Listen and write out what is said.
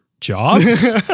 jobs